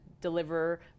deliver